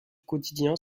quotidien